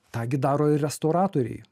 tą gi daro ir restauratoriai